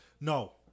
No